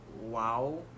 WoW